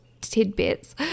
tidbits